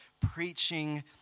preaching